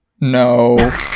No